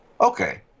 Okay